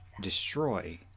destroy